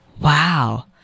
Wow